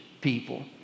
people